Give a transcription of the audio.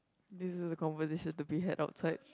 this is a conversation to be had outside